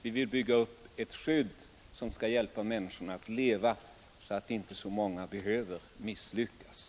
Vi vill bygga upp ett skydd, som kan hjälpa människorna att leva så att inte så många behöver misslyckas.